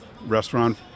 restaurant